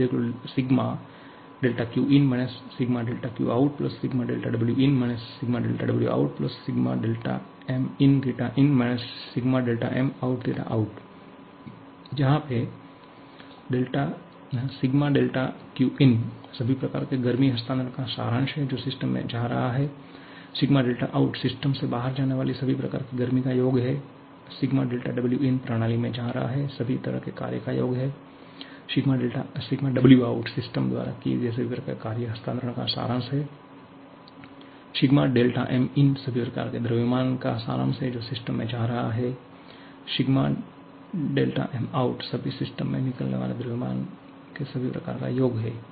dE ΣδQin - ΣδQout ΣδWin - ΣδWout Σδmin θin - Σδmout θout जहा पे ΣδQinसभी प्रकार के गर्मी हस्तांतरण का सारांश है जो सिस्टम में जा रहा है ΣδQout सिस्टम से बाहर जाने वाली सभी प्रकार की गर्मी का योग है ΣδWin प्रणाली में जा रहा है सभी तरह के कार्य का योग है ΣδWout सिस्टम द्वारा किए गए सभी प्रकार के कार्य हस्तांतरण का सारांश है Σδmin सभी प्रकार के द्रव्यमान का सारांश है जो सिस्टम में जा रहा है Σδmout सिस्टम से निकलने वाले द्रव्यमान के सभी प्रकार का योग है